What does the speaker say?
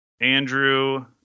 Andrew